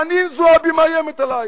חנין זועבי מאיימת עלייך,